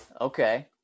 Okay